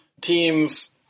teams